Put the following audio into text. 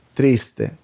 triste